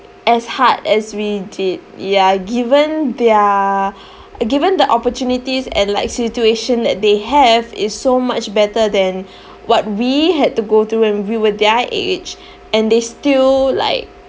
as hard as we did ya given their given the opportunities and like situation that they have is so much better than what we had to go through when we were their age and they still like